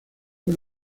fue